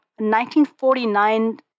1949